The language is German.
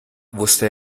wusste